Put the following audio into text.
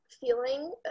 feeling